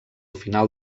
final